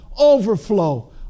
overflow